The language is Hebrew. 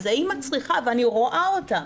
אז האמא צריכה, ואני רואה אותה